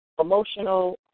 emotional